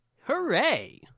Hooray